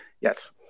yes